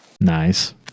Nice